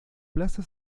plaza